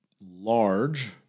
large